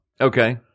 okay